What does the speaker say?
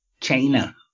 China